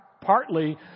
partly